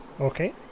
okay